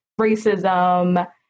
racism